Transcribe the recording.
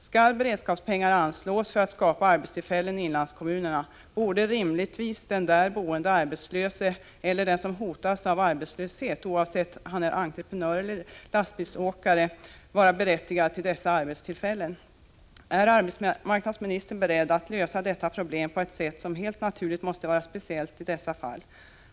Skall beredskapspengar anslås för att skapa arbetstillfällen i inlandskommunerna, borde rimligtvis den där boende arbetslöse eller den som hotas av arbetslöshet, oavsett om han är entreprenör eller lastbilsåkare, vara berättigad till dessa arbetstillfällen. Är arbetsmarknadsministern beredd att lösa detta problem på ett sätt som helt naturligt måste vara speciellt i dessa fall?